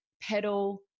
pedal